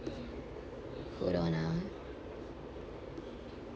hold on ah